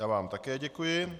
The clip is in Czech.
Já vám také děkuji.